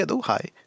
hi